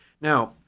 Now